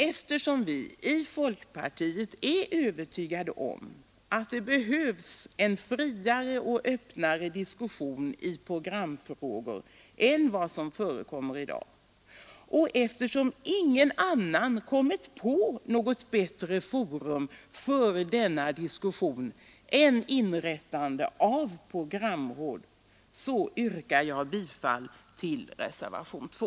Eftersom vi i folkpartiet är övertygade om att det behövs en friare och öppnare diskussion i programfrågor än vad som förekommer i dag och eftersom ingen annan kommit på något bättre forum för denna diskussion än inrättande av programråd, yrkar jag bifall till reservationen 2.